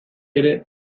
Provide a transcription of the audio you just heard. ere